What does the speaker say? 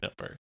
number